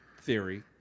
theory